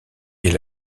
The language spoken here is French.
est